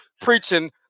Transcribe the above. preaching